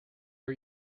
are